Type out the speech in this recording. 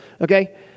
Okay